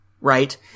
right